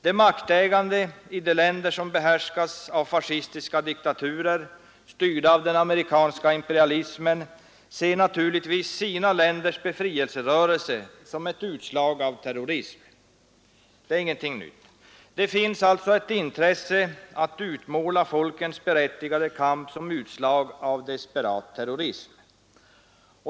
De maktägande i de länder som behärskas av fascistiska diktaturer, styrda av den amerikanska imperialismen, ser naturligtvis sina länders befrielserörelser som ett utslag av terrorism. Det är ingenting nytt. De har intresse av att utmåla folkens berättigade kamp som ett utslag av desperat terrorism.